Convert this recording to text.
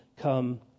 come